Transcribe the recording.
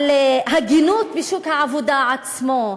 על הגינות בשוק העבודה עצמו,